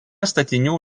statinių